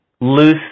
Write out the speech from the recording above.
loose